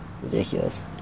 ridiculous